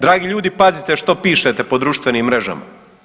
Dragi ljudi, pazite što pišete po društvenim mrežama.